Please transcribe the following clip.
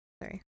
Sorry